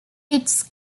its